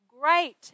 Great